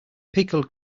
pickled